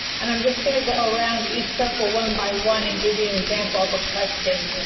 and i'm just going to go around a circle, one by one, and give you an example of a question.